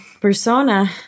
Persona